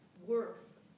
works